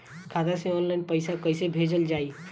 खाता से ऑनलाइन पैसा कईसे भेजल जाई?